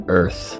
earth